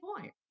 point